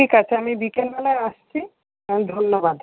ঠিক আছে আমি বিকেলবেলায় আসছি অনেক ধন্যবাদ